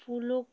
फूलों